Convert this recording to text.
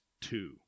two